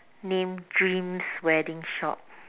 name dreams wedding shop